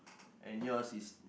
and yours is